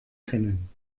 können